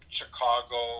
Chicago